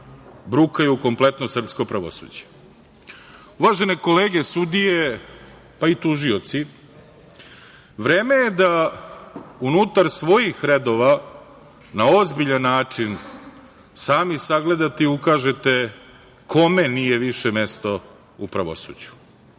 brukaju kompletno srpsko pravosuđe. Uvažene kolege sudije, pa i tužioci, vreme je da unutar svojih redova na ozbiljan način sami sagledate i ukažete kome nije više mesto u pravosuđu.